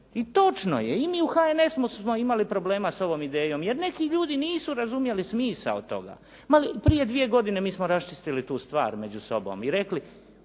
I točno je. I mi u HNS-u smo imali problema sa ovom idejom, jer neki ljudi nisu razumjeli smisao toga. Prije dvije godine mi smo raščistili tu stvar među sobom i rekli